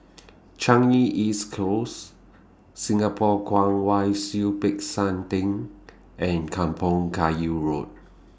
Changi East Close Singapore Kwong Wai Siew Peck San Theng and Kampong Kayu Road